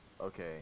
Okay